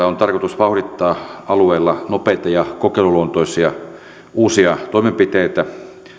on tarkoitus vauhdittaa alueella nopeita ja kokeiluluontoisia uusia toimenpiteitä